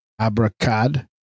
abracad